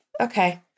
Okay